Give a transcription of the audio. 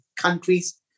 countries